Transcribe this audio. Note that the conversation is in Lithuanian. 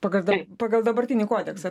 pagar dam pagal dabartinį kodeksą